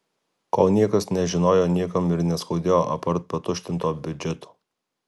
kol niekas nežinojo niekam ir neskaudėjo apart patuštinto biudžeto